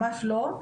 ממש לא.